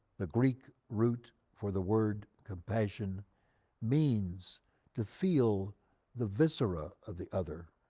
the greek root for the word compassion means to feel the viscera of the other.